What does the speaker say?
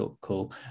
cool